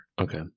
Okay